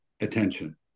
attention